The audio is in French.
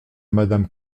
madame